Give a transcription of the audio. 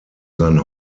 sein